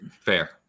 fair